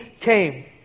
came